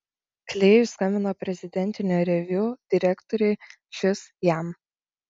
klėjus skambino prezidentinio reviu direktoriui šis jam